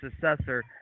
successor